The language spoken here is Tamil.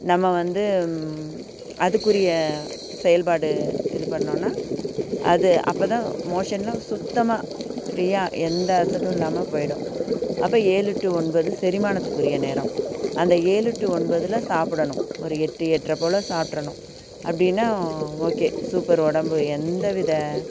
நம்ம வந்து அதுக்குரிய செயல்பாடு இது பண்ணினோம்னா அது அப்போ தான் மோஷனெலாம் சுத்தமாக ஃப்ரீயாக எந்த அசடும் இல்லாமல் போய்விடும் அப்போ ஏழு டூ ஒன்பது செரிமானத்துக்கு உரிய நேரம் அந்த ஏழு டூ ஒன்பதில் சாப்பிடணும் ஒரு எட்டு எட்ரை போல் சாப்பிட்றணும் அப்படின்னா ஓகே சூப்பர் உடம்பு எந்த வித